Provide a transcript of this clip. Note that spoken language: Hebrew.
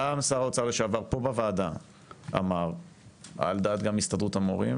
גם שר האוצר אמר פה בוועדה גם על דעת הסתדרות המורים,